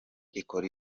ikora